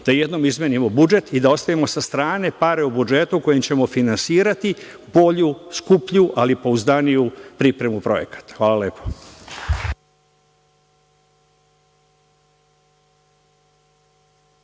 da jednom izmenimo budžet i da ostavimo sa strane pare u budžetu kojima ćemo finansirati bolju, skuplju, ali pouzdaniju pripremu projekata. Hvala lepo.